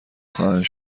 خواهند